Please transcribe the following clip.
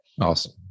Awesome